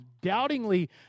doubtingly